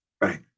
right